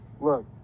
Look